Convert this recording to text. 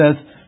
says